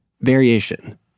Variation